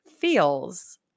feels